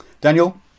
Daniel